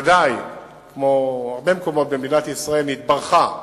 ודאי כמו הרבה מקומות במדינת ישראל, נתברכה